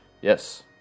Yes